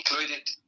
included